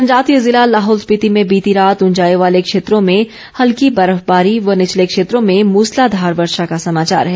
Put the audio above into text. जनजातीय ज़िला लाहौल स्पिति में बीती रात उंचाई वाले क्षेत्रो में हल्की बर्फबारी व निचले क्षेत्रों में मूसलाधार वर्षा का समाचार है